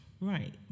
Right